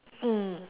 mm